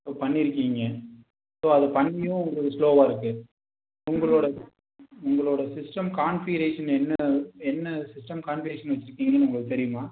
ஓ பண்ணிருக்கீங்க ஸோ அது பண்ணியும் உங்களுக்கு ஸ்லோவாகருக்கு உங்களோட உங்களோட சிஸ்டம் கான்ஃபிகிரேஷன் என்ன என்ன சிஸ்டம் கான்ஃபிகிரேஷன் வச்சிருக்கீங்கன்னு உங்களுக்கு தெரியுமா